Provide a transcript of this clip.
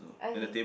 okay